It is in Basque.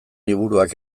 liburuak